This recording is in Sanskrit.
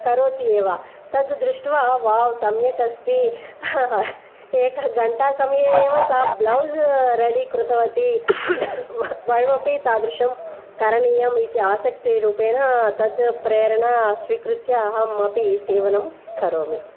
करोति एव तत् दृष्ट्वा वाव् सम्यक् अस्ति एकघण्टा समये एव सा ब्लौस् रेडि कृतवती वयमपि तादृशं करणीयम् इति आसक्तिरूपेण तत् प्रेरणा स्वीकृत्य अहम् अपि सीवनं करोमि